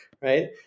right